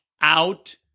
out